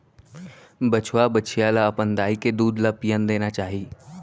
बछवा, बछिया ल अपन दाई के दूद ल पियन देना चाही